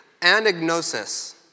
anagnosis